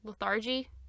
Lethargy